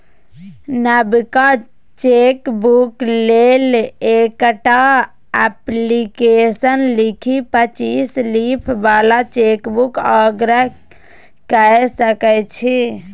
नबका चेकबुक लेल एकटा अप्लीकेशन लिखि पच्चीस लीफ बला चेकबुकक आग्रह कए सकै छी